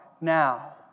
now